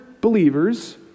believers